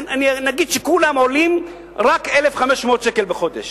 נגיד שכולם עולים רק 1,500 שקל בחודש.